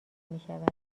میشود